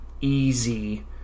easy